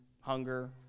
hunger